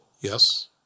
Yes